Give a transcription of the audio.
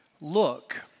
look